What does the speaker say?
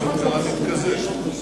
הוראות פקודת התעבורה על רכבת מקומית,